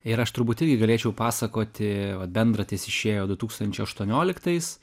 ir aš turbūt irgi galėčiau pasakoti vat bendratis išėjo du tūkstančiai aštuonioliktais